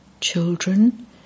Children